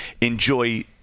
enjoy